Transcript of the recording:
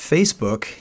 Facebook